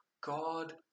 God